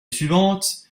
suivante